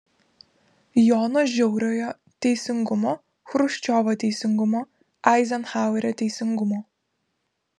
jono žiauriojo teisingumo chruščiovo teisingumo eizenhauerio teisingumo